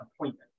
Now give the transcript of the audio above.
appointment